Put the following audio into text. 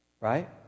right